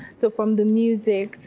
so from the music,